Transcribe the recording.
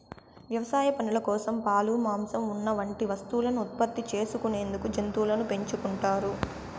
వ్యవసాయ పనుల కోసం, పాలు, మాంసం, ఉన్ని వంటి వస్తువులను ఉత్పత్తి చేసుకునేందుకు జంతువులను పెంచుకుంటారు